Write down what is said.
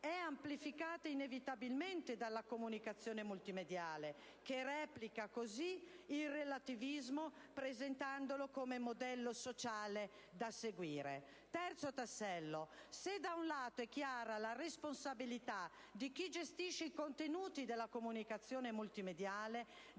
è amplificata inevitabilmente dalla comunicazione multimediale che replica così il relativismo, presentandolo come modello sociale da seguire. Terzo tassello. Se da un lato è chiara la responsabilità di chi gestisce i contenuti della comunicazione multimediale,